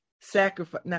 sacrifice